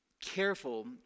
careful